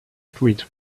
streets